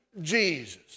Jesus